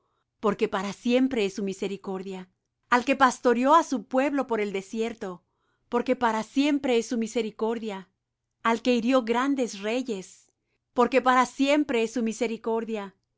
porque para siempre es su misericordia al que pastoreó á su pueblo por el desierto porque para siempre es su misericordia al que hirió grandes reyes porque para siempre es su misericordia